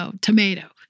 tomato